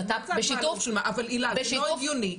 הילה, זה לא הגיוני.